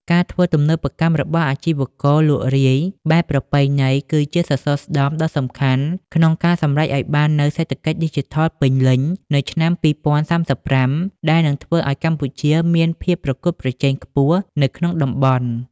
ការធ្វើទំនើបកម្មរបស់អាជីវករលក់រាយបែបប្រពៃណី គឺជាសសរស្តម្ភដ៏សំខាន់ក្នុងការសម្រេចឱ្យបាននូវ សេដ្ឋកិច្ចឌីជីថលពេញលេញ នៅឆ្នាំ ២០៣៥ ដែលនឹងធ្វើឱ្យកម្ពុជាមានភាពប្រកួតប្រជែងខ្ពស់នៅក្នុងតំបន់។